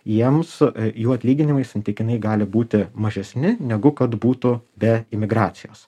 jiems jų atlyginimai santykinai gali būti mažesni negu kad būtų be imigracijos